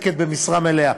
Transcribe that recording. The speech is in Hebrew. מועסקת במשרה מלאה.